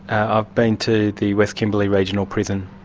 i've been to the west kimberley regional prison,